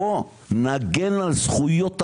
בוא נגן על זכויות החלשים,